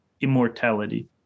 immortality